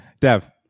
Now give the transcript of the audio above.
Dev